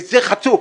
וזה חצוף.